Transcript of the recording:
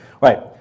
right